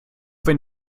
wenn